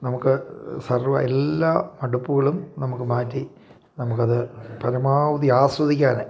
നമുക്ക് സർവ എല്ലാ മടുപ്പുകളും നമുക്ക് മാറ്റി നമുക്ക് അത് പരമാവധി ആസ്വദിക്കാൻ